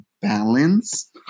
balance